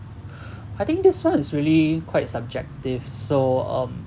I think this one is really quite subjective so um